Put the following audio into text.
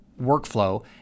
workflow